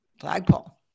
Flagpole